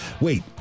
Wait